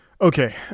Okay